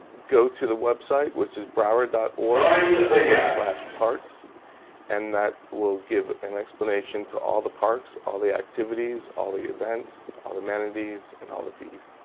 go to the website, which is broward dot org slash parks and that will give an explanation to all the parks, all the activities, all the events, all the amenities and all the fees.